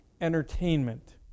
entertainment